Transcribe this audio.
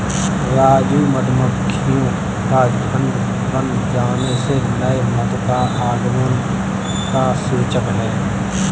राजू मधुमक्खियों का झुंड बन जाने से नए मधु का आगमन का सूचक है